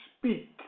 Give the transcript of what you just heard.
speak